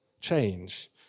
change